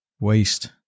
Waste